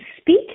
speak